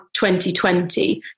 2020